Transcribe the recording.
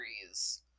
series